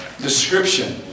description